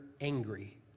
angry